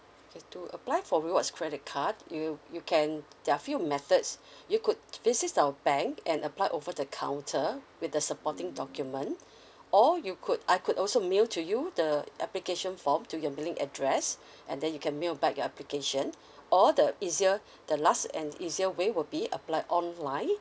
yes to apply for rewards credit card you you can there are few methods you could visit our bank and apply over the counter with the supporting document or you could I could also mail to you the application form to your mailing address and then you can mail back your application or the easier the last and easier way will be apply online